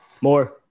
more